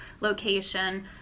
location